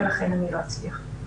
ולכן אני לא אצליח.